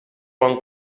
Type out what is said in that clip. bon